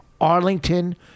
Arlington